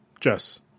Jess